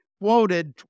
quoted